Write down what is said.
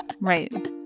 right